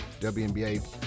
WNBA